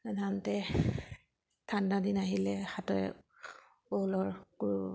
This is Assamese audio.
সাধাৰণতে ঠাণ্ডা দিন আহিলে হাতেৰে